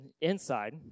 inside